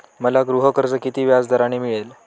मला गृहकर्ज किती व्याजदराने मिळेल?